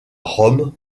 rome